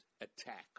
attack